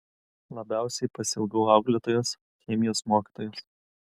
labiausiai pasiilgau auklėtojos chemijos mokytojos